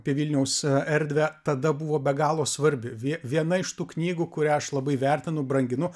apie vilniaus erdvę tada buvo be galo svarbi vie viena iš tų knygų kurią aš labai vertinu branginu